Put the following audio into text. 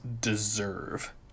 deserve